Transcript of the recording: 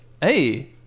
Hey